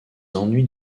ennuis